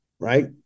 Right